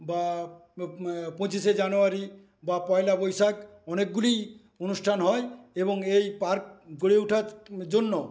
বা পঁচিশে জানুয়ারী বা পয়লা বৈশাখ অনেকগুলিই অনুষ্ঠান হয় এবং এই পার্ক গড়ে ওঠার জন্য